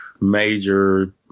major